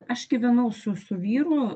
aš gyvenau su su vyru